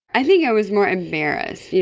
i think i was more embarrassed. yeah